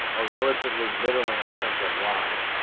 a relatively middling offensive line,